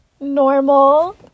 normal